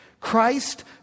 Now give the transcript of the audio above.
Christ